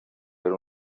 per